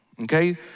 Okay